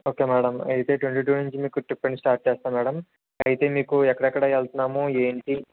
okay madam అయితే twenty two నుంచి మీకు ట్రిప్ అండ్ స్టార్ట్ చేస్తాను మేడం అయితే మీకు ఎక్కడ ఎక్కడ వెళుతున్నాము ఏంటి